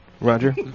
Roger